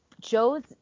Joe's